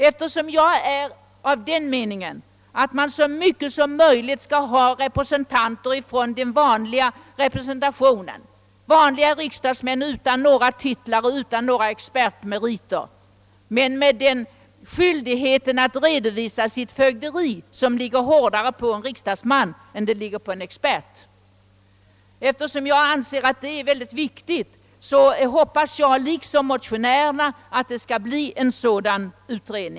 Eftersom jag är av den meningen att man så mycket som möjligt skall ha representanter ifrån den vanliga representationen, vanliga riksdagsmän utan några speciella titlar och utan några expertmeriter men med den skyldighet att redovisa sitt fögderi som är mera maktpåliggande för en riksdagsman än för en expert, hoppas jag liksom motionärerna att en sådan utredning skall komma till stånd. Det anser jag vara mycket viktigt.